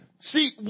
See